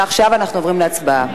ועכשיו אנחנו עוברים להצבעה.